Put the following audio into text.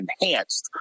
enhanced